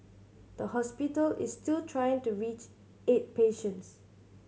the hospital is still trying to reach eight patients